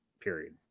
period